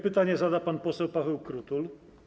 Pytanie zada pan poseł Paweł Krutul.